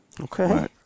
Okay